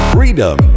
Freedom